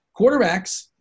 Quarterbacks